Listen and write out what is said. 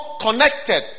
connected